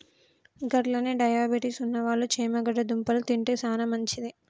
గట్లనే డయాబెటిస్ ఉన్నవాళ్ళు చేమగడ్డ దుంపలు తింటే సానా మంచిది